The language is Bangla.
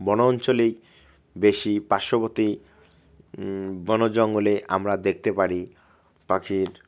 বন অঞ্চলেই বেশি পার্শ্ববর্তী বন জঙ্গলে আমরা দেখতে পারি পাখির